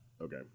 Okay